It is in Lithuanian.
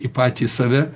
į patį save